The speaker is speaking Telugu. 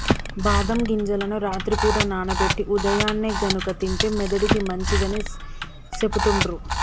బాదం గింజలను రాత్రి పూట నానబెట్టి ఉదయాన్నే గనుక తింటే మెదడుకి మంచిదని సెపుతుండ్రు